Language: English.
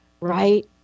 right